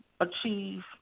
achieve